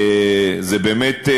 זה באמת,